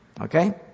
okay